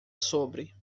sobre